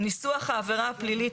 ניסוח העבירה הפלילית,